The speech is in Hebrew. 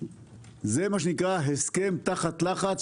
זה מה שנקרא הסכם תחת לחץ,